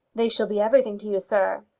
they shall be everything to you, sir.